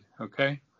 Okay